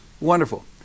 wonderful